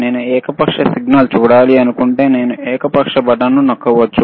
నేను ఏకపక్ష సిగ్నల్ చూడాలనుకుంటే నేను ఏకపక్ష బటన్ను నొక్కవచ్చు